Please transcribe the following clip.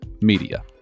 media